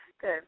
Good